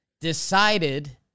decided